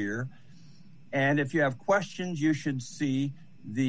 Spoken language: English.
year and if you have questions you should see the